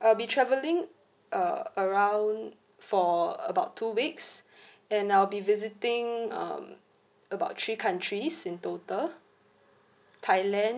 I'll be travelling uh around for about two weeks and I'll be visiting um about three countries in total thailand